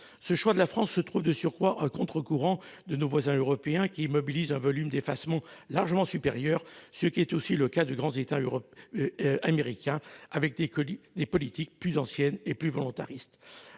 Ce choix de la France se trouve, de surcroît, à contre-courant de celui de nos voisins européens, qui mobilisent un volume d'effacement largement supérieur. C'est aussi le cas des grands États américains, dont les politiques sont plus anciennes et plus volontaristes.